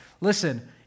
Listen